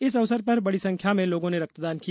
इस अवसर पर बड़ी संख्या में लोगों ने रक्तदान किया